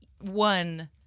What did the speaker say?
one